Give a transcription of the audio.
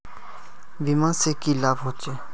बीमा से की लाभ होचे?